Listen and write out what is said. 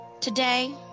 today